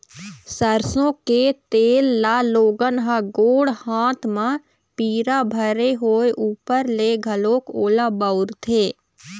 सरसो के तेल ल लोगन ह गोड़ हाथ म पीरा भरे होय ऊपर ले घलोक ओला बउरथे